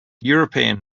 european